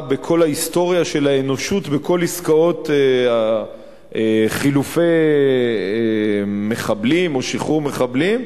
בכל ההיסטוריה של האנושות בכל עסקאות חילופי המחבלים או שחרור המחבלים,